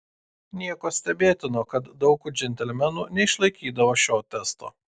nieko stebėtino kad daug džentelmenų neišlaikydavo šio testo